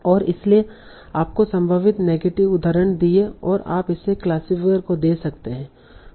और इसलिए आपको संभावित नेगेटिव उदाहरण मिले और आप इसे क्लासिफायर को दे सकते है